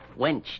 wench